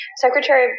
Secretary